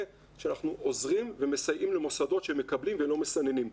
שאנחנו עוזרים ומסייעים למוסדות שמקבלים ולא מסננים.